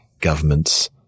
governments